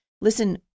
Listen